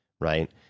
right